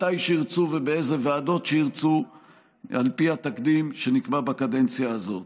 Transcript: מתי שירצו ובאיזה ועדות שירצו על פי התקדים שנקבע בקדנציה הזאת.